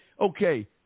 Okay